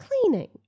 Cleaning